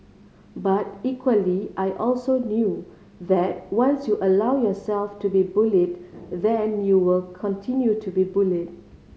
but equally I also knew that once you allow yourself to be bullied then you will continue to be bullied